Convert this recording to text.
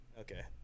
Okay